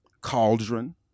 cauldron